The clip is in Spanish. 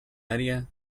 área